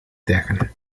dagen